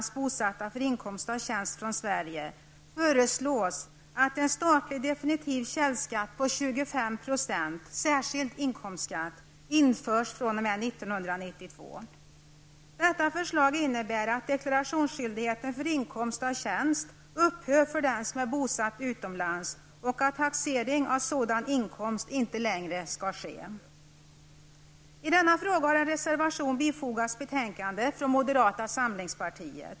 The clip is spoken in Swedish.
Sverige föreslås att en statlig definitiv källskatt på Detta förslag innebär att deklarationsskyldigheten för inkomst av tjänst upphör för den som är bosatt utomlands och att taxering av sådan inkomst inte längre skall ske. I denna fråga har en reservation bifogats betänkandet från moderata samlingspartiet.